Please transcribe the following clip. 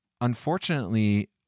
unfortunately